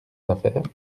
affaires